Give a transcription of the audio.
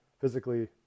physically